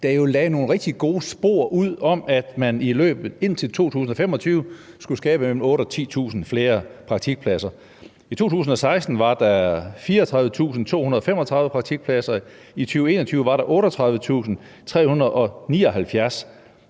der lagde nogle rigtig gode spor ud om, at man indtil 2025 skulle skabe mellem 8.000 og 10.000 flere praktikpladser. I 2016 var der 34.235 praktikpladser, i 2021 var der 38.379, og det